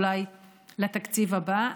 אולי לתקציב הבא.